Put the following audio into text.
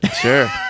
sure